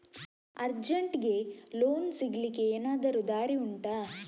ಅರ್ಜೆಂಟ್ಗೆ ಲೋನ್ ಸಿಗ್ಲಿಕ್ಕೆ ಎನಾದರೂ ದಾರಿ ಉಂಟಾ